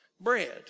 bread